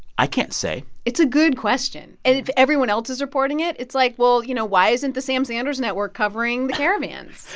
i can't say it's a good question. and if everyone else is reporting it, it's, like, well, you know, why isn't the sam sanders network covering the caravans?